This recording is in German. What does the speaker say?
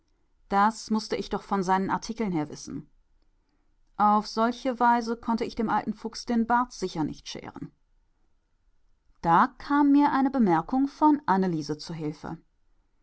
das mußte ich doch von seinen artikeln her wissen auf solche weise konnte ich dem alten fuchs den bart sicher nicht scheren da kam mir eine bemerkung von anneliese zu hilfe